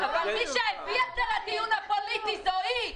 מי שהביא את זה לדיון הפוליטי זה היא,